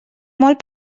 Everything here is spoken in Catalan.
molt